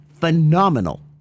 phenomenal